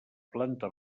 planta